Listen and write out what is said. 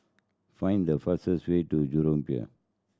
find the fastest way to Jurong Pier